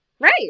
Right